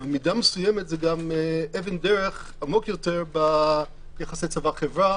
ובמידה מסוימת זה גם אבן דרך עמוקה יותר ביחסי צבא חברה.